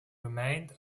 remained